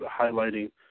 highlighting